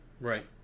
Right